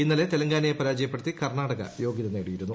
ഇന്നലെ തെലങ്കാനയെ പരാജയപ്പെടുത്തി കർണാടക യോഗ്യത നേടിയിരുന്നു